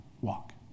walk